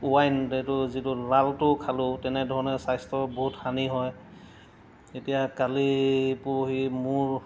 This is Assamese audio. ৱাইন এইটো যিটো লালটো খালেও তেনেধৰণে স্বাস্থ্য বহুত হানি হয় এতিয়া কালি পৰহি মোৰ